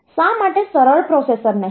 શા માટે સરળ પ્રોસેસર નહીં